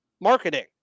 marketing